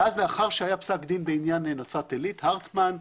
לאחר שהיה פסק דין בעניין נצרת עלית הרטמן,